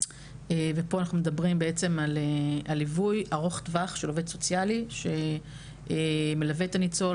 פה אנחנו מדברים על ליווי ארוך טווח של עובד סוציאלי שמלווה את הניצול,